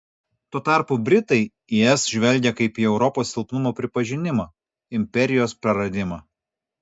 tuo tarpu britai į es žvelgia kaip į europos silpnumo pripažinimą imperijos praradimą